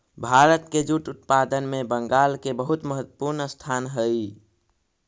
भारत के जूट उत्पादन में बंगाल के बहुत महत्त्वपूर्ण स्थान हई